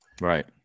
Right